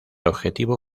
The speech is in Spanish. objetivo